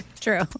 True